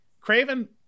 craven